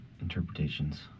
interpretations